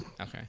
Okay